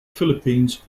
philippines